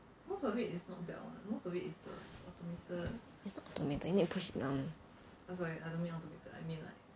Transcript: it's not automated you need to push it down that's like I mean lah